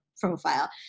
profile